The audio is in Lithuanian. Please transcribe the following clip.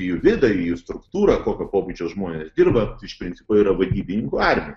į vidą į jų struktūrą kokio pobūdžio žmonės dirba iš principo yra vadybininkų armija